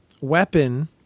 weapon